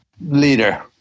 leader